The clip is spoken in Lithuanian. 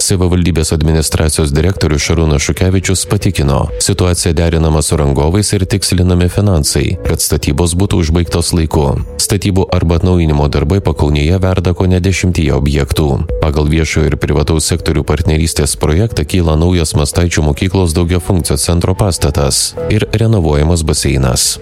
savivaldybės administracijos direktorius šarūnas šukevičius patikino situacija derinamas rangovais ir tikslinami finansai kad statybos būtų užbaigtos laiku statybų arba atnaujinimo darbai pakaunėje verda kone dešimtyje objektų pagal viešo privataus sektorių partnerystės projektą kyla naujos mastaičių mokyklos daugiafunkcio centro pastatas ir renovuojamas baseinas